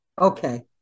Okay